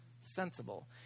Sensible